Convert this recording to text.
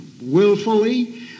willfully